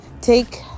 take